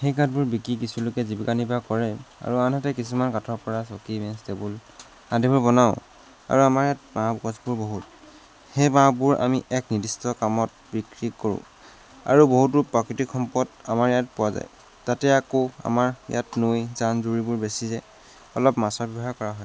সেই কাঠবোৰ বিকি কিছুলোকে জীৱিকা নিৰ্বাহ কৰে আৰু আনহাতে কিছুমান কাঠৰপৰা চকী মেজ টেবুল আদিবোৰ বনাওঁ আৰু আমাৰ ইয়াত বাঁহগছবোৰ বহুত সেই বাঁহবোৰ আমি এক নিৰ্দিষ্ট কামত বিক্ৰী কৰোঁ আৰু বহুতো প্ৰাকৃতিক সম্পদ আমাৰ ইয়াত পোৱা যায় তাতে আকৌ আমাৰ ইয়াত নৈ জান জুৰিবোৰ বেছি যে অলপ মাছৰ ব্যৱসায় কৰা হয়